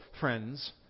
friends